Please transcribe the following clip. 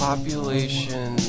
population